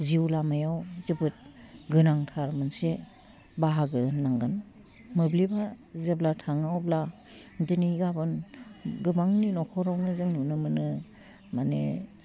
जिउ लामायाव जोबोद गोनांथार मोनसे बाहागो होन्नांगोन मोब्लिबा जेब्ला थाङो अब्ला दिनै गाबोन गोबांनि नख'रावनो जों नुनो मोनो माने